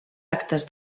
actes